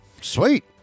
Sweet